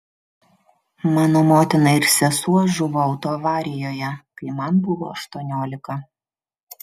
mano motina ir sesuo žuvo autoavarijoje kai man buvo aštuoniolika